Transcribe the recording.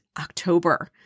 October